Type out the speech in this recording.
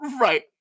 Right